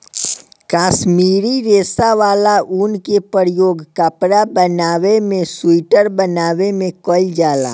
काश्मीरी रेशा वाला ऊन के प्रयोग कपड़ा बनावे में सुइटर बनावे में कईल जाला